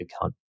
account